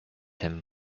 him